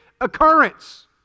occurrence